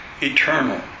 eternal